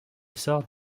sort